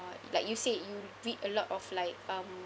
like you said you read a lot of like um